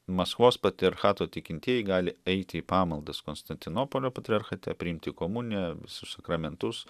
maskvos patriarchato tikintieji gali eiti į pamaldas konstantinopolio patriarchate priimti komuniją visus sakramentus